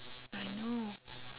I know